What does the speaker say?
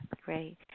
great